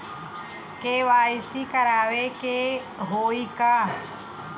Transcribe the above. KYC करावे के होई का?